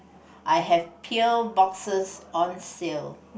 I have pail boxes on sale